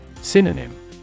Synonym